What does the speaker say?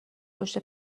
پشت